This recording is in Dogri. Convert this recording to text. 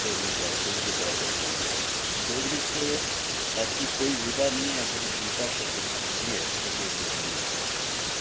डोगरी च ऐस्से बी लखोआ करदे न डोगरी च ऐसी कोई विधा निं ऐ जेह्ड़ी दूई भाशा च लखोंदी ऐ ते डोगरी च नेईं लखोआ करदी